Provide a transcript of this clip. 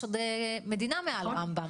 יש עוד מדינה מעל רמב"ם,